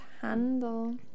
handle